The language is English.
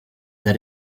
that